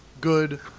Good